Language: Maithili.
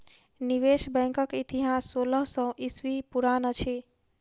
निवेश बैंकक इतिहास सोलह सौ ईस्वी पुरान अछि